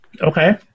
Okay